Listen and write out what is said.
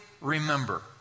remember